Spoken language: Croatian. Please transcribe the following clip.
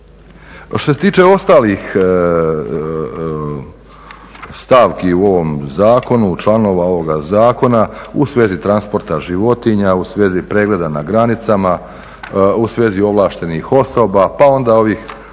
Što se tiče ostalih stavki u ovom zakonu članova ovoga zakona u svezi transporta životinja, u svezi pregleda na granicama, u svezi ovlaštenih osoba pa onda ovih zakonskih